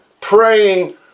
praying